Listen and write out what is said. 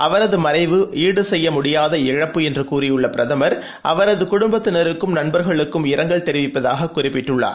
அவரது மறைவு ஈடு செய்ய முடியாது இழப்பு என்று கூறியுள்ள பிரதமர் அவரது குடும்பத்தினருக்கும் நண்பர்களுக்கும் இரங்கல் தெரிவிப்பதாக குறிப்பிட்டுள்ளார்